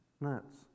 nuts